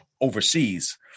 overseas